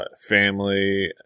family